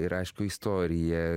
ir aišku istoriją